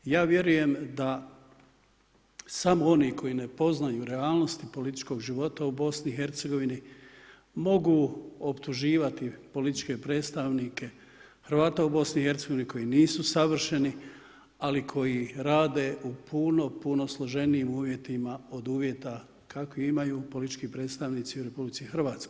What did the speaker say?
Ja vjerujem da samo oni koji ne poznaju realnost i političkog života u BIH mogu optuživati političke predstavnike Hrvata u BIH koji nisu savršeni, ali koji rade u puno puno složenijim uvjetima, od uvjeta kakvih imaju politički predstavnici u RH.